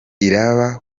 iraba